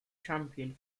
champion